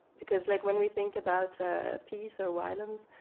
because like when we think about peace or violence,